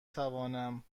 توانم